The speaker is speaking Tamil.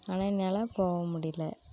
ஆனால் என்னால் போக முடியல